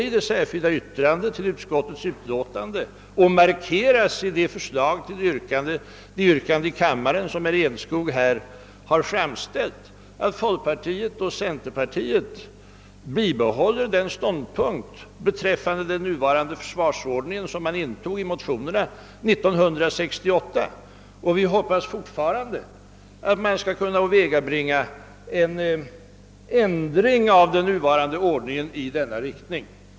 I det särskilda yttrandet till utskottets utlåtande markeras och i det yrkande som herr Enskog framställt i kammaren upprepas att folkpartiet och centerpartiet står fast vid de ståndpunkter beträffande den nuvarande försvarsordningen som dessa partier intog i motionerna 1968. Vi hoppas fortfarande att det skall vara möjligt att åvägabringa en ändring av den nuvarande ordningen i denna riktning.